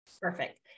perfect